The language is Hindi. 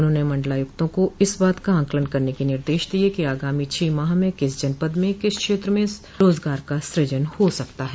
उन्होंने मंडलायुक्तों को इस बात का आकलन करने के निर्देश दिये कि आगामी छह माह में किस जनपद में किस क्षेत्र में रोजगार का सूजन हो सकता है